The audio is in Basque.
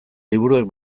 liburuek